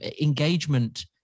engagement